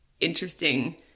interesting